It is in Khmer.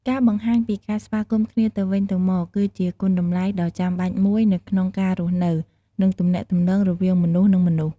ការបង្ហាញពីការស្វាគមន៍គ្នាទៅវិញទៅមកគឺជាគុណតម្លៃដ៏ចំបាច់មួយនៅក្នុងការរស់នៅ និងទំនាក់ទំនងវវាងមនុស្ស និង មនុស្ស។